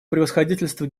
превосходительству